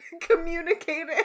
communicating